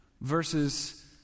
Versus